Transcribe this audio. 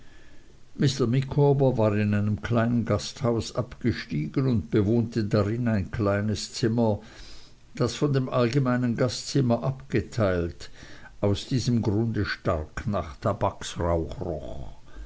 micawber war in einem kleinen gasthaus abgestiegen und bewohnte darin ein kleines zimmer das von dem allgemeinen gastzimmer abgeteilt aus diesem grunde stark nach